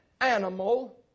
animal